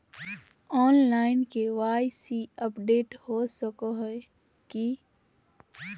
Online KYC update हो सको है की?